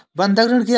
बंधक ऋण क्या है?